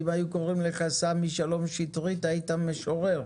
אם היו קוראים לך סמי שלום שטרית היית משורר,